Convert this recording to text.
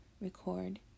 record